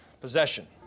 possession